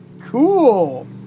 Cool